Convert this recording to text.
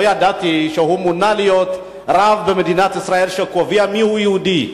לא ידעתי שהוא מונה להיות רב במדינת ישראל שקובע מיהו יהודי.